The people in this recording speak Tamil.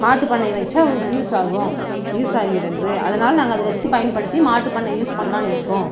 மாட்டுப் பண்ணையை வச்சால் யூஸ் ஆகும் யூஸ் ஆகிறன்து அதனால் நாங்கள் அதை வச்சு பயன்படுத்தி மாட்டுப் பண்ணை யூஸ் பண்ணலாம்னு இருக்கோம்